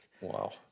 Wow